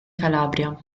calabria